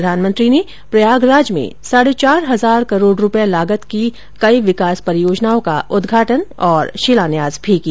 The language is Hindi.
प्रधानमंत्री ने प्रयागराज में साढ़े चार हजार करोड़ रुपए लागते की कई विकास परियोजनाओं का उद्घाटन और शिलान्यास किया